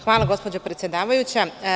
Hvala, gospođo predsedavajuća.